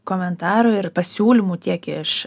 komentarų ir pasiūlymų tiek iš